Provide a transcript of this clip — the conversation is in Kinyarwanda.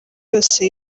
yose